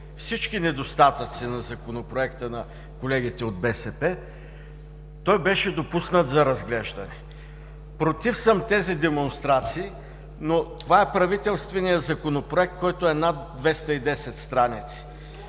всички недостатъци на Законопроекта на колегите от БСП, той беше допуснат за разглеждане. Против съм тези демонстрации, но това е правителственият Законопроект, който е над 210 страници.